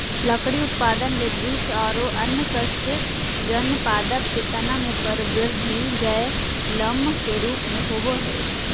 लकड़ी उत्पादन ले वृक्ष आरो अन्य काष्टजन्य पादप के तना मे परवर्धी जायलम के रुप मे होवअ हई